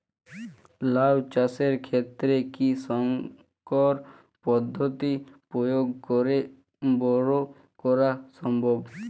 লাও চাষের ক্ষেত্রে কি সংকর পদ্ধতি প্রয়োগ করে বরো করা সম্ভব?